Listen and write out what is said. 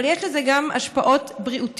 אבל יש לזה גם השפעות בריאותיות.